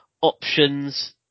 options